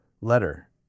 letter